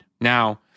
Now